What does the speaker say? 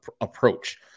approach